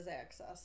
access